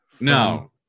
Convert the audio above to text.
No